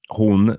hon